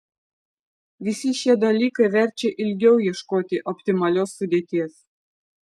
visi šie dalykai verčia ilgiau ieškoti optimalios sudėties